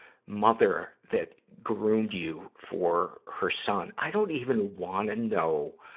mother that groomed you for her son i don't even wanna know,